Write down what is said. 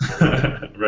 Right